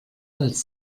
als